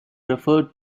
referred